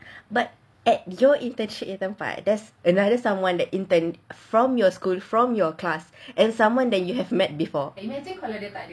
but at your internship in the pass there is another someone that intern from your school from your class and someone that you have met before